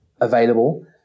available